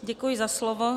Děkuji za slovo.